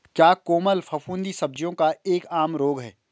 क्या कोमल फफूंदी सब्जियों का एक आम रोग है?